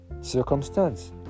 Circumstance